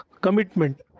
commitment